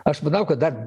aš manau kad dar